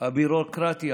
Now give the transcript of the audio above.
הביורוקרטיה